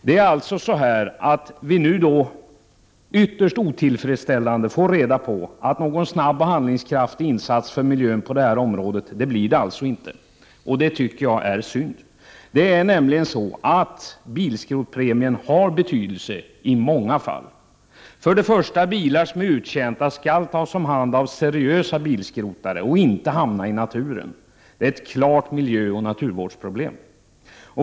Vi får nu reda på att det inte blir någon snabb och handlingskraftig insats för miljön på detta område. Detta är ytterst otillfredsställande. Jag tycker att det är synd. Det är nämligen så att bilskrotningspremien har betydelse i många fall. För det första: Bilar som är uttjänta skall tas om hand av seriösa bilskrotare och inte hamna i naturen. Det är ett klart miljöoch naturvårdsproblem.